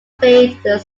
played